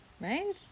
Right